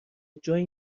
جایی